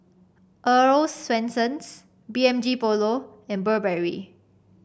Earl's Swensens B M G Polo and Burberry